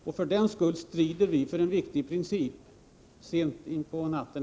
Därför strider vi här för en viktig princip, sent in på natten.